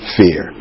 fear